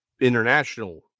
international